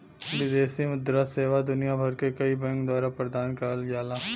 विदेशी मुद्रा सेवा दुनिया भर के कई बैंक द्वारा प्रदान करल जाला